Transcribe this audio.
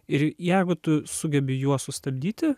ir jeigu tu sugebi juos sustabdyti